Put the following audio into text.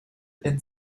and